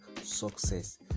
success